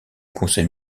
conseil